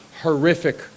horrific